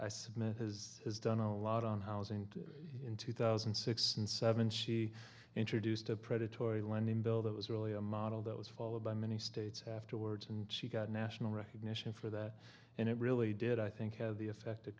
i submit has done a lot on housing in two thousand and six and seven she introduced a predatory lending bill that was really a model that was followed by many states afterwards and she got national recognition for that and it really did i think have the effect